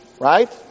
right